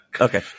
Okay